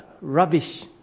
rubbish